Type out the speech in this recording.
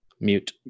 Mute